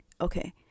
Okay